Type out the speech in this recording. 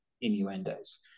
innuendos